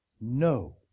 no